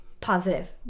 positive